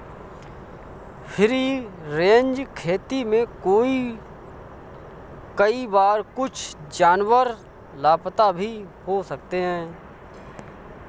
free range खेती में कई बार कुछ जानवर लापता भी हो सकते हैं